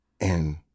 And-